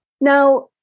Now